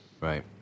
Right